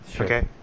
okay